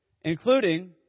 Including